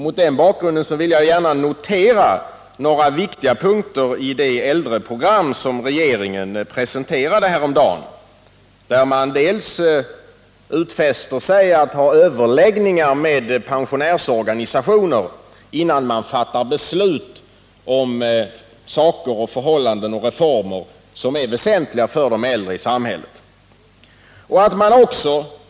Mot den bakgrunden vill jag gärna notera några viktiga punkter i det äldreprogram som regeringen presenterade häromdagen och där regeringen sålunda utfäste sig att ha överläggningar med pensionärsorganisationer, innan den fattar beslut om saker och förhållanden och reformer som är väsentliga för de äldre i samhället.